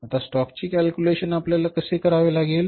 आता स्टॉक चे कॅल्क्युलेशन आपल्याला कसे करावे लागेल